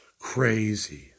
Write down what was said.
Crazy